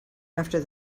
after